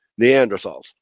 Neanderthals